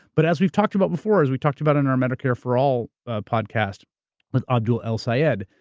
but as we've talked about before, as we talked about in our medicare for all ah podcast with abdul el-sayed,